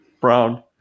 brown